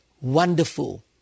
wonderful